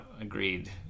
agreed